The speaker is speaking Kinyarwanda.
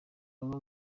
bamwe